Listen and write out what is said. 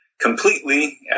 completely